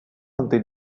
until